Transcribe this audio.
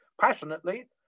passionately